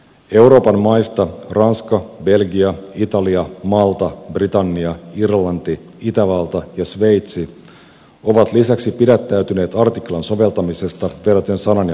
euroopan maista ranska belgia italia malta britannia irlanti itävalta ja sveitsi ovat lisäksi pidättäytyneet artiklan soveltamisesta vedoten sanan ja mielipiteenvapauteen